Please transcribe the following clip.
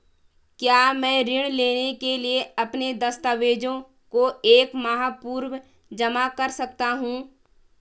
क्या मैं ऋण लेने के लिए अपने दस्तावेज़ों को एक माह पूर्व जमा कर सकता हूँ?